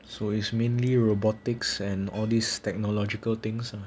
so is mainly robotics and all these technological things ah